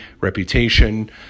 reputation